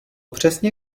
přesně